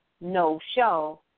no-show